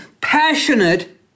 passionate